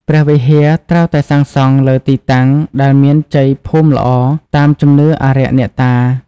ព្រះវិហារ ត្រូវតែសាងសង់លើទីតាំងដែលមានជ័យភូមិល្អតាមជំនឿអារក្សអ្នកតា។